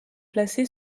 placé